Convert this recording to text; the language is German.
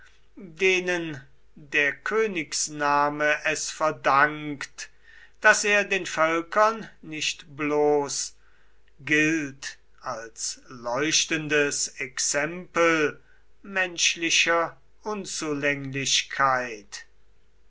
denen der königsname es verdankt daß er den völkern nicht bloß gilt als leuchtendes exempel menschlicher unzulänglichkeit